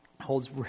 holds